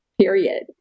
period